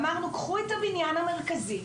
אמרנו קחו את הבניין המרכזי,